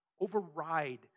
override